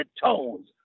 tones